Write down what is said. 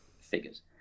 figures